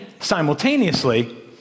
simultaneously